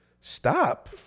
stop